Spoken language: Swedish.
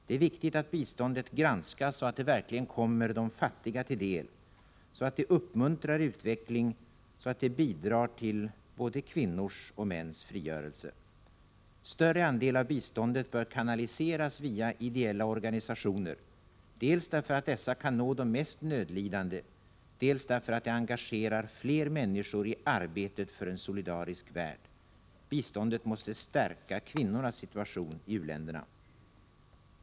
Det är viktigt att biståndet granskas så att det verkligen kommer de fattiga till del, så att det uppmuntrar utveckling, så att det bidrar till både kvinnors och mäns frigörelse. Större andel av biståndet bör kanaliseras via ideella organisationer, dels därför att dessa kan nå de mest nödlidande, dels därför att det engagerar fler människor i arbetet för en solidarisk värld. Biståndet måste stärka kvinnornas situation i u-länderna.